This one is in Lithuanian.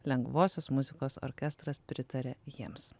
lengvosios muzikos orkestras pritaria jiems